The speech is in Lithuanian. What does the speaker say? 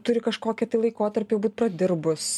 turi kažkokį tai laikotarpį būt pradirbus